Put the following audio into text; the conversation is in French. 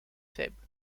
faible